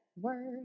Word